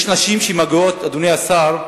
יש נשים שמגיעות, אדוני השר,